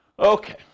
Okay